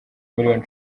milliyoni